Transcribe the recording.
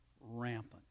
rampant